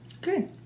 Good